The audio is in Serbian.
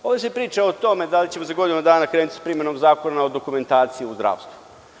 Ovde se priča o tome da li ćemo za godinu dana krenuti sa primenom Zakona o dokumentaciji u zdravstvu.